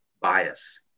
bias